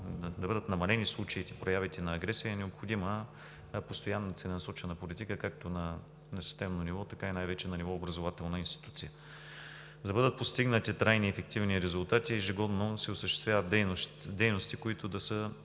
да бъдат намалени случаите, проявите на агресия, е необходима постоянна и целенасочена политика както на системно ниво, така и най-вече на ниво образователна институция. За да бъдат постигнати трайни и ефективни резултати, ежегодно се осъществяват дейности, които да са